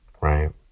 right